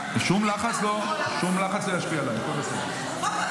שום לחץ לא ישפיע עליי, הכול בסדר.